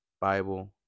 Bible